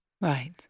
Right